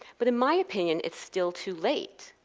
but in my opinion, it's still too late.